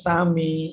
Sami